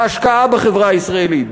בהשקעה בחברה הישראלית,